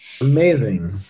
Amazing